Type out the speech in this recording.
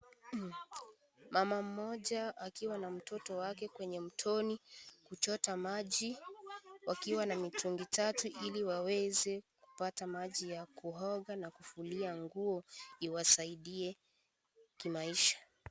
Mama mmoja akiwa na mtoto wake kwenye mtoni wakiwa mtoni wakichota maji wakiwa na mtungi tatu ili waweze kupata maji ya kuoga pamoja na kufua nguo iwasaidie kimaisha.